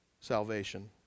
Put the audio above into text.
salvation